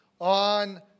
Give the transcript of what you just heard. on